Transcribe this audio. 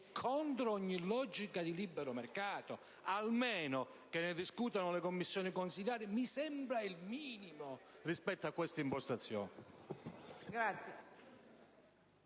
contro ogni logica di libero mercato. Che ne discutano le Commissioni di merito, mi sembra il minimo rispetto a questa impostazione.